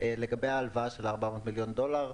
לגבי ההלוואה של 400 מיליון דולר,